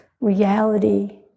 reality